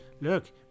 look